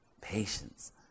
patience